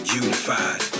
unified